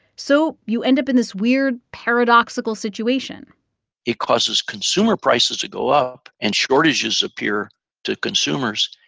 so you end up in this weird paradoxical situation it causes consumer prices to go up, and shortages appear to consumers.